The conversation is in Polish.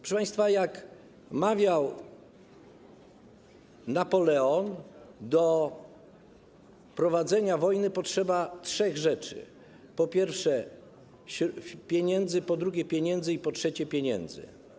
Proszę państwa, jak mawiał Napoleon, do prowadzenia wojny potrzeba trzech rzeczy: po pierwsze, pieniędzy, po drugie, pieniędzy i, po trzecie, pieniędzy.